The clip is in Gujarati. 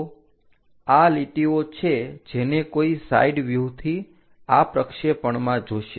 તો આ લીટીઓ છે જેને કોઈ સાઈડ વ્યૂહ થી આ પ્રક્ષેપણમાં જોશે